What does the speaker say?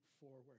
forward